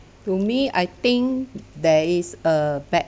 to me I think there is a bad